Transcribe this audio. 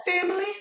Family